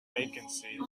vacancy